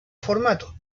formato